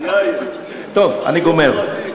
טוב, אני גומר.